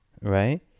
Right